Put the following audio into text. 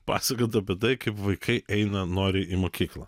pasakot apie tai kaip vaikai eina noriai į mokyklą